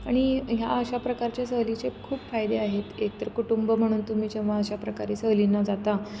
आणि ह्या अशा प्रकारच्या सहलीचे खूप फायदे आहेत एकतर कुटुंब म्हणून तुम्ही जेव्हा अशाप्रकारे सहलींना जाता